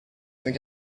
think